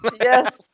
yes